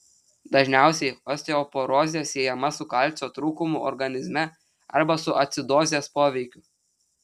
dažniausiai osteoporozė siejama su kalcio trūkumu organizme arba su acidozės poveikiu